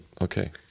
Okay